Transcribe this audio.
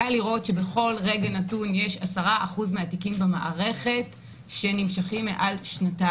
קל לראות שבכל רגע נתון יש 10% מהתיקים במערכת שנמשכים מעל שנתיים.